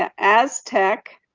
and aztec,